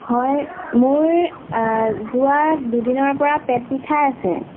হয় মোৰ যোৱা দুদিনৰ পৰা পেট বিষাই আছে